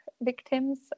victims